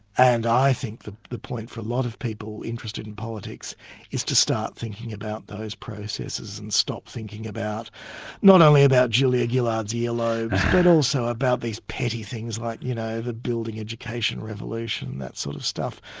and i think that the point for a lot of people interested in politics is to start thinking about those processes and stop thinking about not only about julia gillard's ear-lobes, but also about these petty things like, you know, the building education revolution, that sort of stuff,